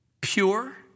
pure